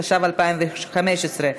התשע"ו 2016,